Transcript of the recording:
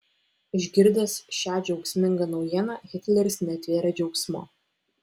išgirdęs šią džiaugsmingą naujieną hitleris netvėrė džiaugsmu